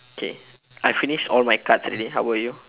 okay I finished all my cards already how about you